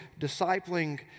discipling